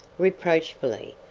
reproachfully,